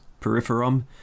peripherum